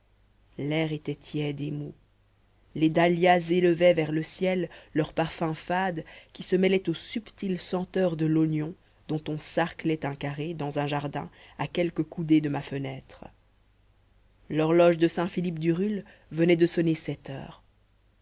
l'air était tiède et mou les dahlias élevaient vers le ciel leurs parfums fades qui se mêlaient aux subtiles senteurs de l'oignon dont on sarclait un carré dans mon jardin à quelques coudées de ma fenêtre l'horloge de saint philippe du roule venait de sonner sept heures